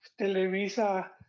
Televisa